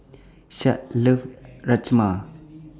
Shad loves Rajma